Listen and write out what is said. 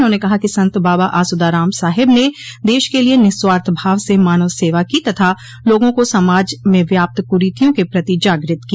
उन्होंने कहा कि संत बाबा आसुदाराम साहेब ने देश के लिये निस्वार्थभाव स मानव सेवा की तथा लोगों को समाज में व्याप्त कुरीतियों के प्रति जागृत किया